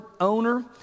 owner